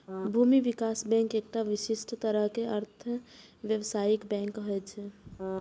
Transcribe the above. भूमि विकास बैंक एकटा विशिष्ट तरहक अर्ध व्यावसायिक बैंक होइ छै